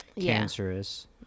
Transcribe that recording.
cancerous